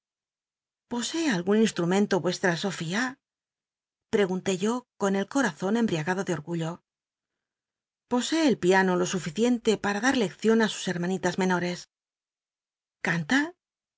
posee algun insltumcnlo yueslta sofía pregunté yo con el cotazon embriagado de orgullo leccion posee el piano lo suficiente para dar lección á sus hermanitas menores canta